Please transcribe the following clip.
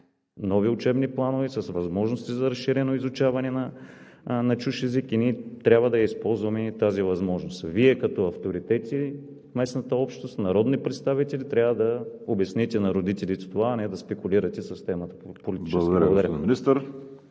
нови учебни планове с възможности за разширено изучаване на чужд език и ние трябва да използваме тази възможност. Вие, като авторитети – местната общност, народни представители, трябва да обясните на родителите това, а не да спекулирате политически с темата.